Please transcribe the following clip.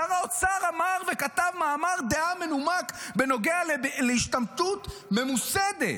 שר האוצר אמר וכתב מאמר דעה מנומק בנוגע להשתמטות ממוסדת,